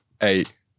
eight